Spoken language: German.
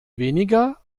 weniger